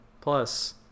Plus